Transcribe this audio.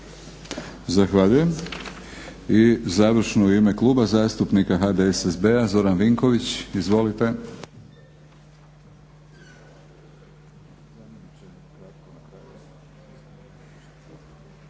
(HNS)** I završno u ime kluba zastupnika HDSSB-a Zoran Vinković. Izvolite.